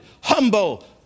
humble